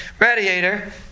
radiator